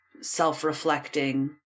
self-reflecting